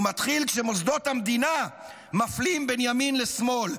הוא מתחיל כשמוסדות המדינה מפלים בין ימין לשמאל.